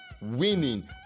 winning